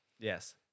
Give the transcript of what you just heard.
Yes